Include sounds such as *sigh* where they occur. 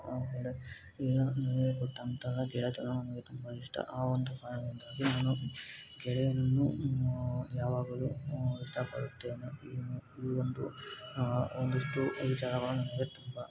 *unintelligible* ಗೆಳೆತನ ನನಗೆ ತುಂಬ ಇಷ್ಟ ಆ ಒಂದು ಕಾರಣದಿಂದಾಗಿ ನಾನು ಗೆಳೆಯನನ್ನು ಯಾವಾಗಲೂ ಇಷ್ಟಪಡುತ್ತೇನೆ ಈ ಒಂದು ಒಂದಿಷ್ಟು ವಿಚಾರಗಳು ನನಗೆ ತುಂಬ